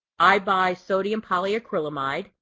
i buy sodium polyacrylamide.